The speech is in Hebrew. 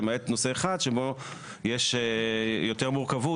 למעט נושא אחד שבו יש יותר מורכבות,